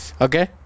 Okay